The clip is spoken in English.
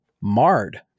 marred